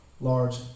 large